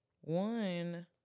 one